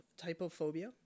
typophobia